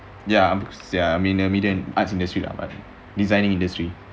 ya I am in the media arts industry ah designing industry